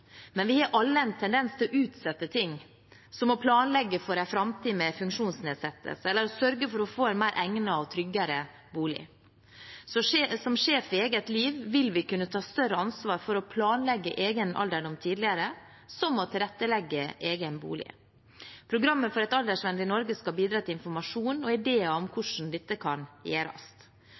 men vi har alle en tendens til å utsette ting, som å planlegge for en framtid med funksjonsnedsettelse eller sørge for å få en mer egnet og tryggere bolig. Som sjef i eget liv vil vi kunne ta større ansvar for å planlegge egen alderdom tidligere, som å tilrettelegge egen bolig. Programmet for et aldersvennlig Norge skal bidra til informasjon og ideer om hvordan dette kan gjøres,